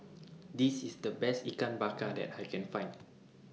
This IS The Best Ikan Bakar that I Can Find